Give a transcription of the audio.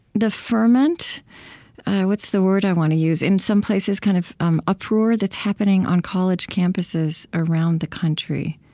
the ferment what's the word i want to use? in some places, kind of um uproar that's happening on college campuses around the country.